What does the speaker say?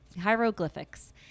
hieroglyphics